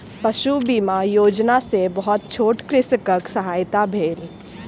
पशु बीमा योजना सॅ बहुत छोट कृषकक सहायता भेल